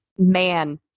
Man